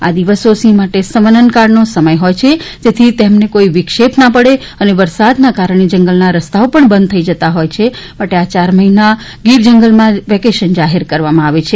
આ દિવસો સિંહ માટે સંવનન કાળનો સમય હોય છે જેથી તેમને કોઈ વિક્ષેપના પડે અને વરસાદને કારણે જંગલ ના રસ્તાઓ પણ બંધ થઈ જતા હોય આ ચાર મહિના ગીર જંગલમાં વેકેશન જાહેર કરવામાં આવે છે